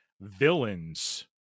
villains